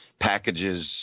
packages